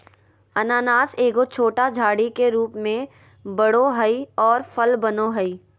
अनानास एगो छोटा झाड़ी के रूप में बढ़ो हइ और फल बनो हइ